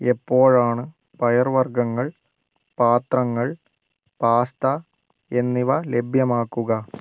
എപ്പോഴാണ് പയർവർഗ്ഗങ്ങൾ പാത്രങ്ങൾ പാസ്ത എന്നിവ ലഭ്യമാക്കുക